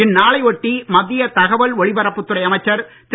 இந்நாளை ஒட்டி மத்திய தகவல் ஒலிபரப்புத் துறை அமைச்சர் திரு